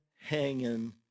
hanging